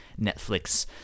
Netflix